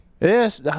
Yes